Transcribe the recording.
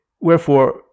Wherefore